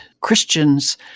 Christians